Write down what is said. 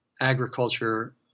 agriculture